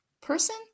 person